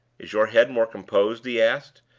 is your head more composed? he asked.